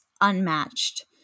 unmatched